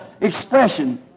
expression